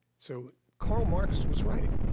so karl marx was right,